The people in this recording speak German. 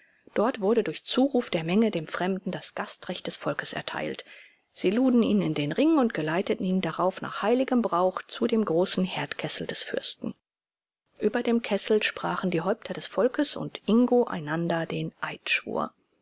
dort wurde durch zuruf der menge dem fremden das gastrecht des volkes erteilt sie luden ihn in den ring und geleiteten ihn darauf nach heiligem brauch zu dem großen herdkessel des fürsten über dem kessel sprachen die häupter des volkes und ingo einander den